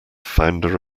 founder